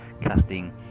casting